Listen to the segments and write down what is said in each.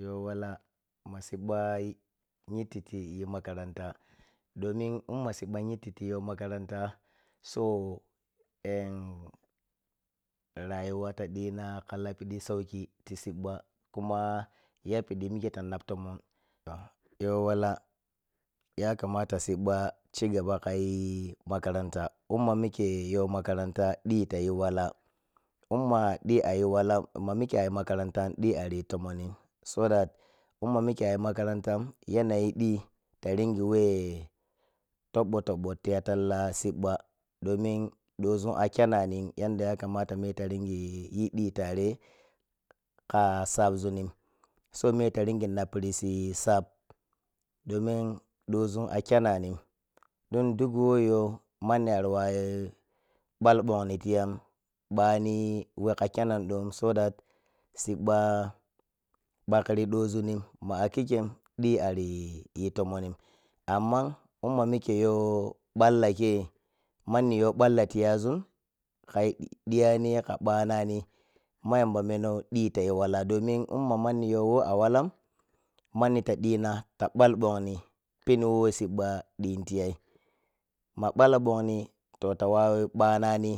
Yawala ma siɓɓa nyittitti yi makaranta domminma siɓɓa nyittiti yow makaranta so em rayiwa ta dina kha lapidi sauki tipidi siɓɓa kuma yapidi mikye ta naɓ tomon to yow ala yakamata imma mikye yow makaranta di ta yi wala imma di a yi walam ma mikye a yi makaranta di yizun lomonim so that imma mikye a yi makarantam yanayi di ta ringi weh toɓo-toɓo tiya siɓɓa domin dozun a kyananim yanda ga kamala mikye lo yin di tare kha sabsunin so mikye ta ringi nappr si saɓ domin dezun a kkyananim- don duk wo you manni ari wawu ɓal yagbongnim ɓani weh kha kyanan dom so dat siɓɓa ɓakghg sizunim ma a khikkyem di ariyi tomon m amman imma mikkye yow balla kyeiyi manni yow balla yiyazun kha diyani kha ɓanani ma yamba menow di ta yi wala domin imma manna yow wo a walam manni ta dina ta ɓal gbongni pen wo siɓɓa din tiyayi. mabala boni to tawa ɓanani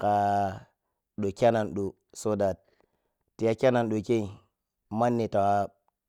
kha doh kyaiyi do kyaiyi so dat manni ta.